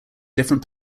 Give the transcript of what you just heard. different